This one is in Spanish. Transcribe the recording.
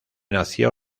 nació